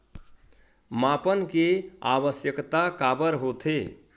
मापन के आवश्कता काबर होथे?